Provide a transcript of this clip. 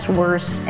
worse